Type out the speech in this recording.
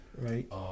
Right